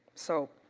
so,